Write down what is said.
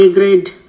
Grade